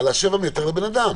7 מטר לבן אדם.